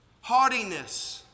Haughtiness